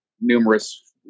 numerous